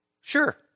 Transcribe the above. Sure